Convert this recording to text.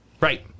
Right